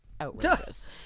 outrageous